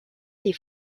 les